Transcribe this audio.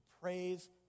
praise